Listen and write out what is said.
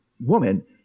woman